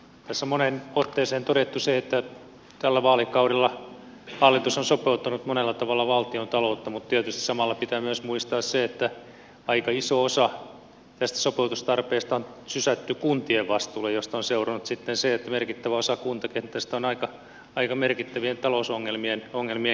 tässä moneen otteeseen on todettu se että tällä vaalikaudella hallitus on sopeuttanut monella tavalla valtion taloutta mutta tietysti samalla pitää muistaa myös se että aika iso osa tästä sopeutustarpeesta on sysätty kuntien vastuulle mistä on seurannut sitten se että merkittävä osa kuntakentästä on aika merkittävien talousongelmien keskellä